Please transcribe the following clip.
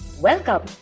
Welcome